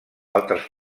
altres